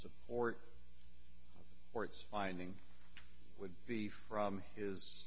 support for its finding would be from his